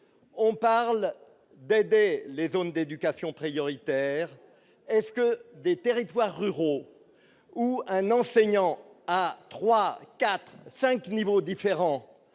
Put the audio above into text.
on parle d'aider les zones d'éducation prioritaire, est-ce que des territoires ruraux, où un enseignant à 3, 4, 5 niveaux différents